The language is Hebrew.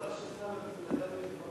2012 נתקבלה החלטת הממשלה